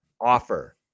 offer